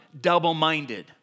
double-minded